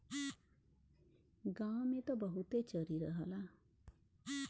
गांव में त बहुते चरी रहला